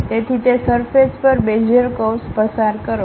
તેથી તે સરફેસ પર બેઝીઅર કર્વ્સ પસાર કરો